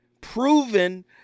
Proven